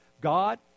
god